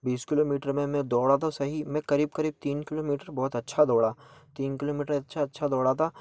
बीस किलोमीटर में मैं दौड़ा तो सही में करीब करीब तीन किलोमीटर बहुत अच्छा दौड़ा तीन किलोमीटर अच्छा अच्छा दौड़ा था